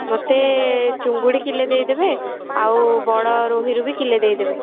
ମୋତେ ଚିଙ୍ଗୁଡ଼ି କିଲୋ ଦେଇ ଦେବେ ଆଉ ବଡ଼ ରୋହିରୁ ବି କିଲୋ ଦେଇ ଦେବେ